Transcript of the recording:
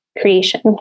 creation